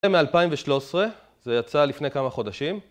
זה מ-2013, זה יצא לפני כמה חודשים